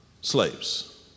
slaves